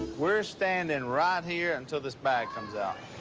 we're standing and right here until this bag comes out.